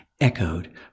echoed